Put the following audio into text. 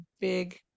big